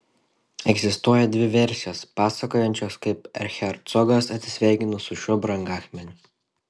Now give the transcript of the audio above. egzistuoja dvi versijos pasakojančios kaip erchercogas atsisveikino su šiuo brangakmeniu